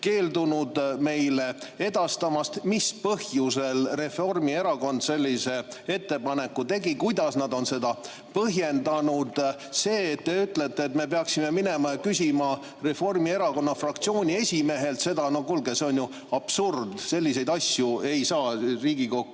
keeldunud meile edastamast. Mis põhjusel Reformierakond sellise ettepaneku tegi, kuidas nad on seda põhjendanud? See, et te ütlete, et me peaksime minema ja küsima Reformierakonna fraktsiooni esimehelt – no kuulge, see on ju absurd, selliseid asju ei saa Riigikokku